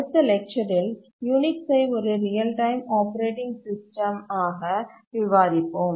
அடுத்த லெக்சரில் யுனிக்ஸ்சை ஒரு ரியல் டைம் ஆப்பரேட்டிங் சிஸ்டம் ஆக விவாதிப்போம்